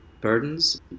burdens